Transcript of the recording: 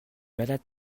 malades